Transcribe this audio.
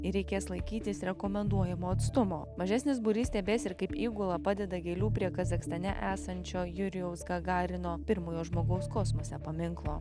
ir reikės laikytis rekomenduojamo atstumo mažesnis būrys stebės ir kaip įgula padeda gėlių prie kazachstane esančio jurijaus gagarino pirmojo žmogaus kosmose paminklo